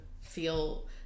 feel